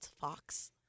fox